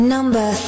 Number